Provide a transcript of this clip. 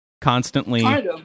constantly